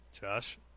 Josh